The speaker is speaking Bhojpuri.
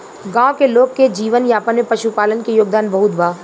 गाँव के लोग के जीवन यापन में पशुपालन के योगदान बहुत बा